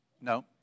no